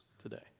today